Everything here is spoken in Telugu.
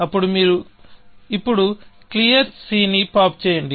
అప్పుడు మీరు ఇప్పుడు క్లియర్ నీ పాప్ చేయండి